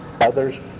Others